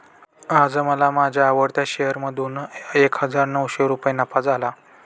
आज मला माझ्या आवडत्या शेअर मधून एक हजार नऊशे रुपये नफा झाला